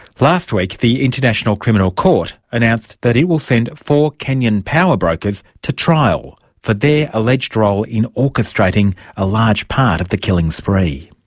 last week the international criminal court announced that it will send four kenyan power-brokers to trial for their alleged role in orchestrating a large part of the killing spree.